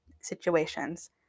situations